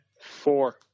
Four